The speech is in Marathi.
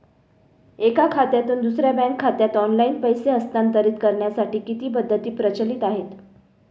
एका खात्यातून दुसऱ्या बँक खात्यात ऑनलाइन पैसे हस्तांतरित करण्यासाठी किती पद्धती प्रचलित आहेत?